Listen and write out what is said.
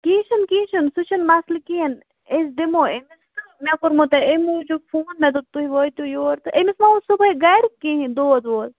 کیٚنٛہہ چھُنہٕ کیٚنٛہہ چھُنہٕ سُہ چھُنہٕ مسلہٕ کِہیٖنٛۍ أسۍ دِمو أمِس تہٕ مےٚ کوٚرمَو تۄہہِ أمۍ موٗجوٗب فون مےٚ دوٚپ تُہۍ وٲتِو یوٚر تہٕ أمِس ما اوس صُبحاے گَرِ کیٚنٛہہ دود وود